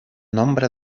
nombre